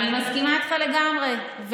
אני מסכימה איתך לגמרי.